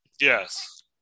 Yes